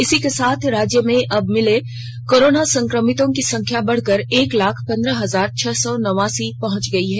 इसी के साथ राज्य में अब तक मिले कोरोना संक्रमितों की संख्या बढ़कर एक लाख पन्द्रह हजार छह सौ नवासी पहुंच गई है